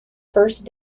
first